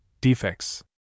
defects